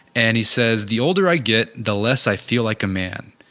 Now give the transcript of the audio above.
and he says the older i get the less i feel like a man,